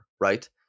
Right